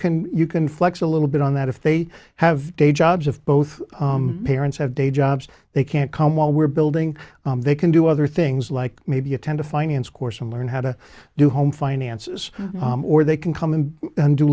can you can flex a little bit on that if they have day jobs of both parents have day jobs they can't come while we're building they can do other things like maybe attend a finance course and learn how to do home finances or they can come in and